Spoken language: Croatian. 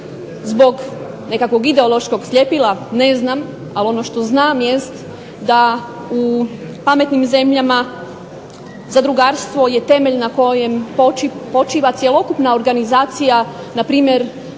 Zbog nekakvog ideološkog sljepila ne znam, ali ono što znam jest da u pametnim zemljama zadrugarstvo je temelj na kojem počiva cjelokupna organizacija na primjer